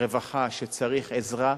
רווחה שצריך עזרה,